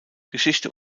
geschichte